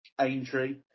Aintree